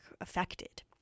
affected